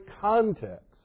context